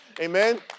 Amen